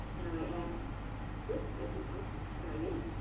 now i add oops, that didn't work. try again.